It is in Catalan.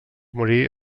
morir